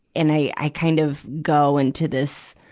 and i, i kind of go into this,